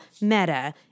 meta